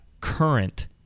current